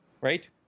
Right